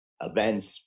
events